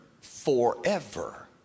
forever